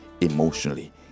emotionally